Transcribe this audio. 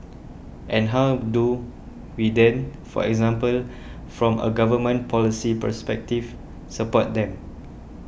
and how do we then for example from a government policy perspective support them